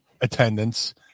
attendance –